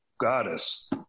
goddess